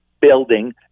building